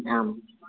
आम्